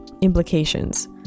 implications